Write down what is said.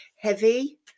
heavy